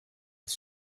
his